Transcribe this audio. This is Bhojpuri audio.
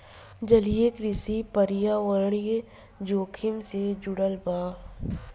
जलीय कृषि पर्यावरणीय जोखिम से जुड़ल बा